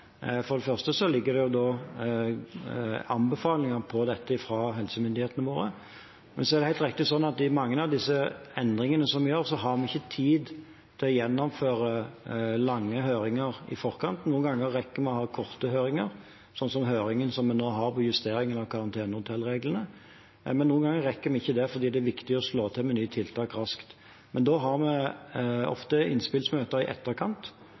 Det ligger anbefalinger om dette fra helsemyndighetene våre. Men det er helt riktig at i mange av disse endringene vi gjør, har vi ikke tid til å gjennomføre lange høringer i forkant. Noen ganger rekker vi å ha korte høringer, som høringen vi nå har om justeringen av karantenehotellreglene, men noen ganger rekker vi ikke det fordi det er viktig å slå til med nye tiltak raskt. Men da har vi ofte innspillsmøter i etterkant